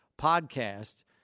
podcast